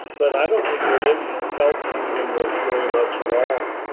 but i don't think religion has helped people in this very much at all.